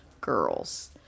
girls